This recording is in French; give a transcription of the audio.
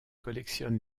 collectionne